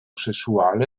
sessuale